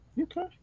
Okay